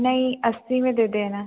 नहीं अस्सी में दे देना